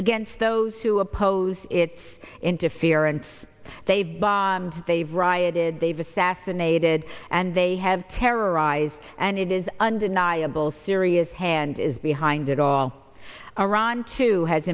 against those who oppose it's interference they buy and they've rioted they've assassinated and they have terrorized and it is undeniable syria's hand is behind it all around to has